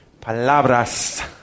palabras